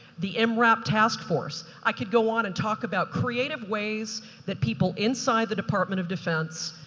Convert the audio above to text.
the mrap taskforce. i could go on and talk about creative ways that people inside the department of defense,